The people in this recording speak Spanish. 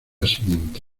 siguiente